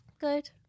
Good